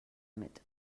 mit